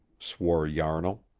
swore yarnall.